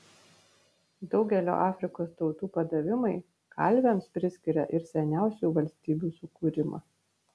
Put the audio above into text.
daugelio afrikos tautų padavimai kalviams priskiria ir seniausių valstybių sukūrimą